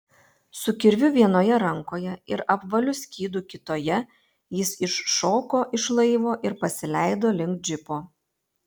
su kirviu vienoje rankoje ir apvaliu skydu kitoje jis iššoko iš laivo ir pasileido link džipo